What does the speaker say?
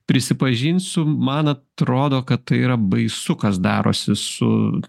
prisipažinsiu man atrodo kad tai yra baisu kas darosi su